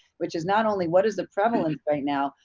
which is not only what is the prevalence right now,